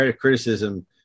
criticism